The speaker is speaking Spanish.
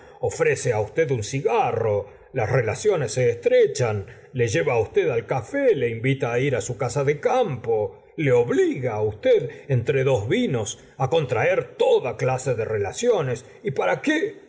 ofrece á usted un cigarro las relaciones se estrechan le lleva á usted al cafe le invita ir su casa de campo le obliga usted entre dos vi nos contraer toda clase de relaciones y para qué